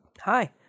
hi